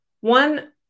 one